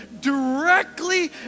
directly